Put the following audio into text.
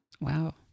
Wow